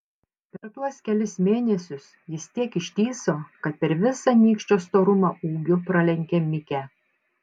per tuos kelis mėnesius jis tiek ištįso kad per visą nykščio storumą ūgiu pralenkė mikę